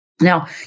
Now